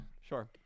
sure